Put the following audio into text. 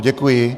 Děkuji.